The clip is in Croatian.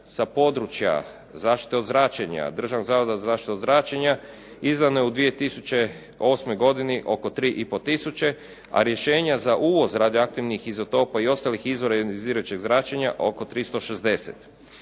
sa područja zaštite od zračenja Državnog zavoda za zaštitu od zračenja izdana je u 2008. godini izdano je oko 3,5 tisuće a rješenja za uvoz radioaktivnih izotopa i ostalih izvora ionizirajućeg zračenja oko 360.